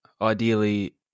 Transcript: Ideally